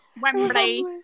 Wembley